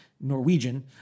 norwegian